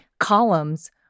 columns